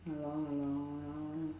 ya lor ya lor ya lor